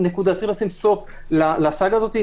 לשים סוף לסאגה הזאת,